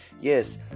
Yes